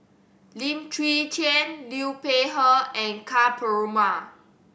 Lim Chwee Chian Liu Peihe and Ka Perumal